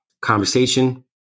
Conversation